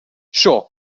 sure